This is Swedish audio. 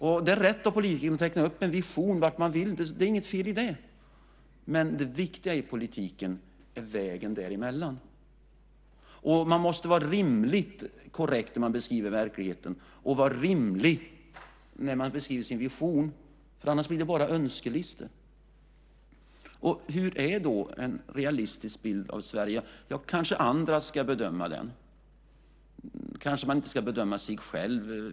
Det är rätt av politiker att teckna en vision om vart man vill. Det är inget fel i det. Men det viktiga i politiken är vägen däremellan. Man måste vara rimligt korrekt när man beskriver verkligheten och vara rimlig när man beskriver sin vision. Annars blir det bara önskelistor. Hur är då en realistisk bild av Sverige? Ja, kanske andra ska bedöma den. Kanske man inte ska bedöma sig själv.